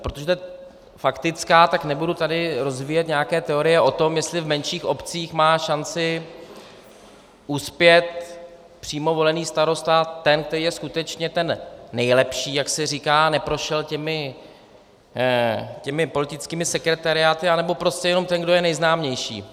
Protože to je faktická, tak tady nebudu rozvíjet nějaké teorie o tom, jestli v menších obcích má šanci uspět přímo volený starosta, ten, který je skutečně ten nejlepší, jak se říká, neprošel těmi politickými sekretariáty, anebo prostě jenom ten, kdo je nejznámější.